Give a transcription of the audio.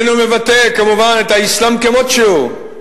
הוא איננו מבטא, כמובן, את האסלאם כמו שהוא,